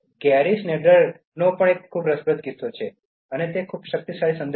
ગેરી સ્નેડરનો પછીનો એક પણ ખૂબ રસપ્રદ છે અને ખૂબ જ શક્તિશાળી સંદેશ સાથે છે